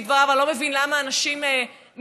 דבריו: אני לא מבין למה אנשים מתנגדים,